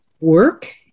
work